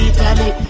Italy